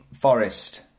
forest